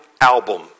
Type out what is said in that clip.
album